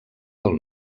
del